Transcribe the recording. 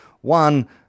One